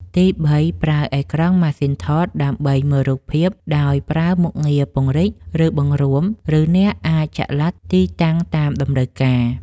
ទី3 ប្រើអេក្រង់ម៉ាស៊ីនថតដើម្បីមើលរូបភាព ដោយប្រើមុខងារពង្រីក ឬបង្រួម ឬអ្នកអាចចល័តទីតាំងតាមតម្រូវការ។